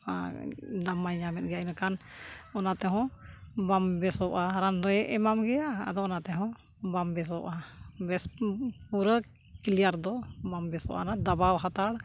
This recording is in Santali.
ᱫᱟᱢ ᱢᱟᱭ ᱧᱟᱢᱮᱫ ᱜᱮᱭᱟ ᱤᱱᱟᱹᱠᱷᱟᱱ ᱚᱱᱟ ᱛᱮᱦᱚᱸ ᱵᱟᱢ ᱵᱮᱥᱚᱜᱼᱟ ᱨᱟᱱ ᱫᱚᱭ ᱮᱢᱟᱢ ᱜᱮᱭᱟ ᱟᱫᱚ ᱚᱱᱟ ᱛᱮᱦᱚᱸ ᱵᱟᱢ ᱵᱮᱥᱚᱜᱼᱟ ᱵᱮᱥ ᱯᱩᱨᱟᱹ ᱠᱞᱤᱭᱟᱨ ᱫᱚ ᱵᱟᱢ ᱵᱮᱥᱚᱜᱼᱟ ᱚᱱᱟ ᱫᱟᱵᱟᱣ ᱦᱟᱛᱟᱲ